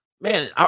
Man